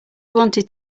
wanted